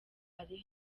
ari